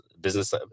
business